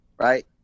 Right